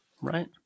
Right